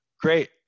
great